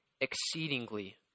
exceedingly